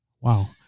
wow